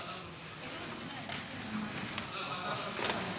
ההצעה להעביר את הנושא